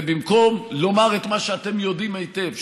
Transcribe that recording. ובמקום לומר את מה שאתם יודעים היטב,